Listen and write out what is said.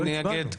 מי נגד?